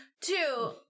two